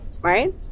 right